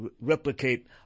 replicate